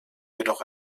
jedoch